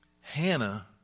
Hannah